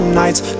nights